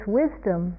wisdom